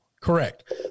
Correct